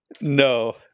no